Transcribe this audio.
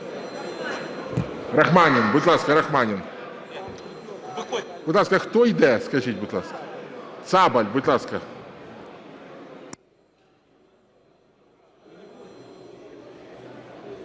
Рахманін. Будь ласка, Рахманін. Будь ласка, хто іде, скажіть, будь ласка? Цабаль, будь ласка.